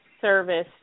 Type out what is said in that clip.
service